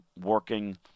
working